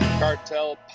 Cartel